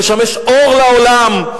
לשמש אור לעולם.